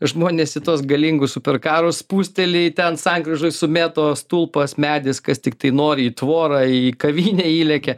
žmonės į tuos galingus superkarus spusteli ten sankryžoj sumėto stulpas medis kas tiktai nori į tvorą į kavinę įlekia